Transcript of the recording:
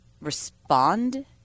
respond